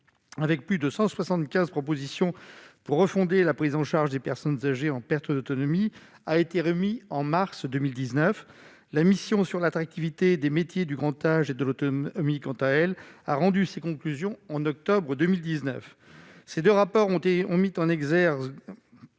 avec plus de 175 propositions pour refonder la prise en charge des personnes âgées en perte d'autonomie a été remis en mars 2019 la mission sur l'attractivité des métiers du grand âge et de l'autonomie, quant à elle, a rendu ses conclusions en octobre 2019 ces 2 rapports ont été ont